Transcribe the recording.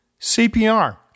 CPR